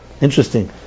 Interesting